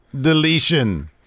Deletion